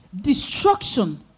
destruction